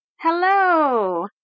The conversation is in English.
Hello